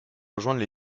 rejoindre